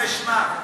אני השבתי בשמם.